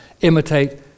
imitate